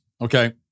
okay